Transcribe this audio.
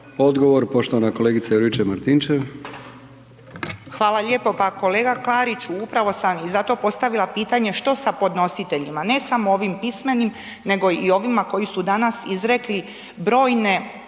**Juričev-Martinčev, Branka (HDZ)** Hvala lijepo. Pa kolega Klarić, upravo sam i zato postavila pitanje što sa podnositeljima, ne samo ovim pismenim nego i ovima koji su danas izrekli brojne,